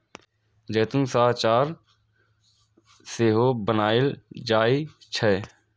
जैतून सं अचार सेहो बनाएल जाइ छै